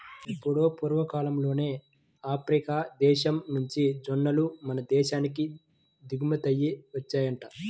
ఎప్పుడో పూర్వకాలంలోనే ఆఫ్రికా దేశం నుంచి జొన్నలు మన దేశానికి దిగుమతయ్యి వచ్చాయంట